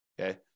Okay